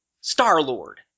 Star-Lord